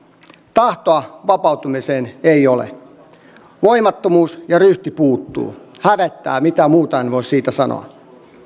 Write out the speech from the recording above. tahtoa vapautumiseen ei ole voimattomuus ja ryhti puuttuvat hävettää mitään muuta en voi siitä sanoa